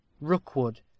Rookwood